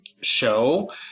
show